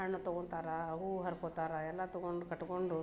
ಹಣ್ಣು ತಗೊಂತಾರೆ ಹೂ ಹರ್ಕೊತಾರೆ ಎಲ್ಲ ತಗೊಂಡು ಕಟ್ಕೊಂಡು